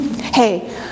hey